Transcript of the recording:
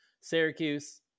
Syracuse